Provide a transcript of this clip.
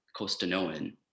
Costanoan